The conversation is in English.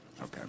Okay